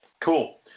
Cool